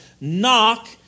Knock